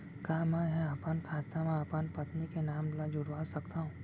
का मैं ह अपन खाता म अपन पत्नी के नाम ला जुड़वा सकथव?